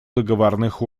договорных